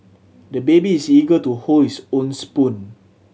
the baby is eager to hold his own spoon